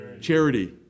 charity